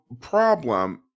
problem